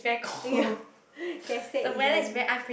ya get sick easily